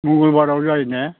मंगलबाराव जायो ने